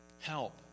help